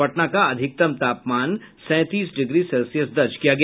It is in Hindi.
पटना का अधिकतम तापमान सैंतीस डिग्री सेल्सियस दर्ज किया गया